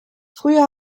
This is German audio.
früher